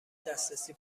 دسترسی